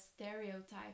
stereotype